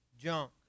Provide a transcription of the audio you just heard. junk